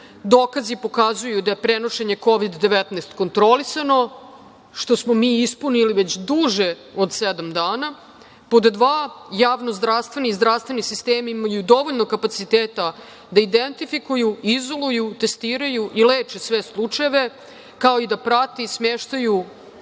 dokazi pokazuju da je prenošenje Kovid – 19 kontrolisano, što smo mi ispunili već duže od sedam dana. Pod dva, javno zdravstveni i zdravstveni sistemi imaju dovoljno kapaciteta da identifikuju, izoluju, testiraju i leče sve slučajeve, kao i da prate i smeštaju